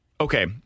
okay